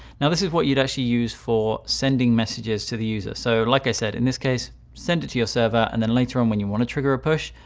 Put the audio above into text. now this is what you'd actually use for sending messages to the user. so like i said, in this case send it to your server. and then later on when you want to trigger a push,